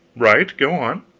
right go on.